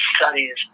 studies